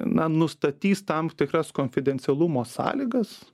na nustatys tam tikras konfidencialumo sąlygas